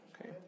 okay